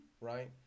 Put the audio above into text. right